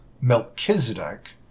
Melchizedek